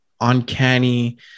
uncanny